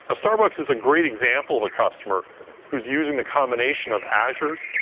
ah starbucks is a great example of a customer who's using the combination of azure,